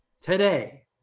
Today